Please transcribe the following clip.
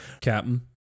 Captain